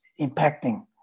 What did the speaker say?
impacting